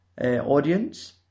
audience